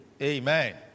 Amen